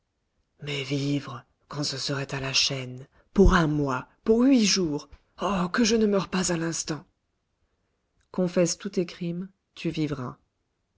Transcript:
mais vivre quand ce serait à la chaîne pour un mois pour huit jours oh que je ne meure pas à l'instant confesse tous tes crimes tu vivras